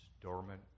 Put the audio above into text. dormant